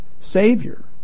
Savior